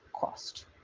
cost